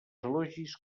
elogis